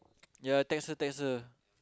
ya text text